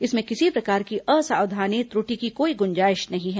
इसमें किसी प्रकार की असावधानी त्रृटि की कोई गुंजाईश नहीं है